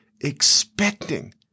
expecting